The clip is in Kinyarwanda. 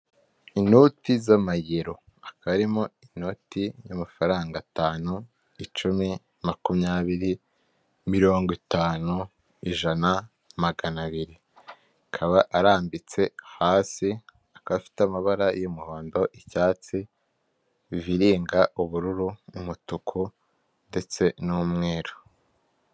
Inoti z'amayero, akaba arimo inoti y'amafaranga: atanu, icumi, makumyabiri, mirongo itanu, ijana, magana abiri, akaba arambitse hasi, akaba afite amabara y'umuhondo, icyatsi, viringa, ubururu n'umutuku ndetse n'umweru.